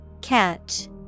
Catch